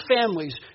families